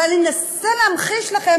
אבל אני אנסה להמחיש לכם,